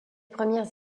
premières